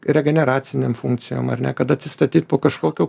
regeneracinėm funkcijom ar ne kad atsistatyt po kažkokių